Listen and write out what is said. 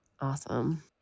Awesome